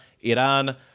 iran